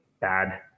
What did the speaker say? bad